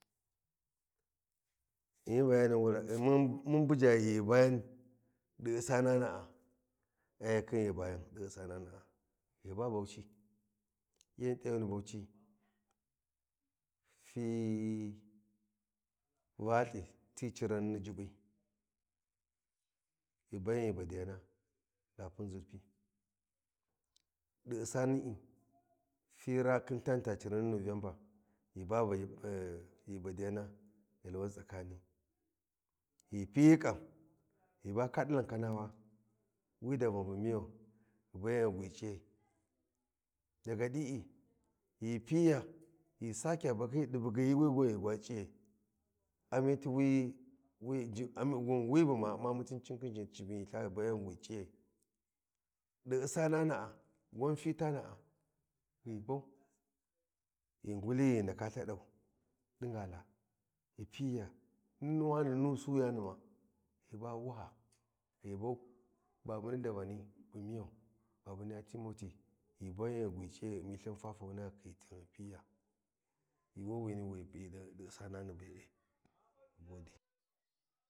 In yi bayeni wurakai mu buja ghi ghu bayan ɗi ussanana, ai khin ghi ghu bayan ɗi ussanana ghi ba Bauchi yan t’ayuni Bauchi ti Valthii ti ciran ni juɓɓi ghi bayan ghi badiyana rafin zurpi. Ɗi ussani’i khin raa tani ta ciran ni November ghe ba eh ghi badiyana yalwan tsakanim ghi ghu piyi ƙan ghi ba kaɗaken kanawa, wi davan bu miyau ghi bayan ghi gwi c’iyai daga ɗi e ghi ghu piya ghi sake bahyiyi ɗi bugyi yuuwi ghi gwa mimiyai ami ti wi wi jib wi wun wi bu ma Umma mutuncin khin can ci miyi ltha ghi bayan ghi gwi ciya ɗi ussana na’a gwan fitan’a. Ghibau ghu nguli ghi ghu ndaka lthaɗau Digala ghi piyiya Nunuwa ni nunu suiwuyeni ma ghi ba wuha ghi bau, babuni davani bu miyau babuni niyya Timoty ghi bayin ghi gwi C’iyi ghi Ummi Lthin fafona ghi khiyi tigha ghi piyiya yuuwawini subu yawi ɗi Ussanani be’e.